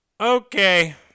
Okay